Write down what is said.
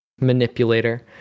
manipulator